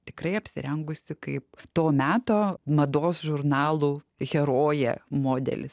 tikrai apsirengusi kaip to meto mados žurnalų herojė modelis